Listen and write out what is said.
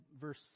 verse